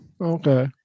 okay